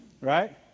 Right